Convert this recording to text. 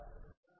B0 0